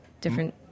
different